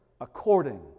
according